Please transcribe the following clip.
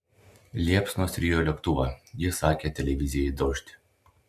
liepsnos rijo lėktuvą ji sakė televizijai dožd